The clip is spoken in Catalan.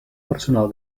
personal